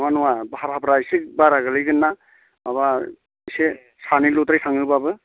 नङा नङा भाराफ्रा इसे बारा गोग्लैगोनना माबा इसे सानैल'द्राय थाङोबाबो